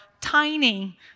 tiny